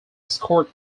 escort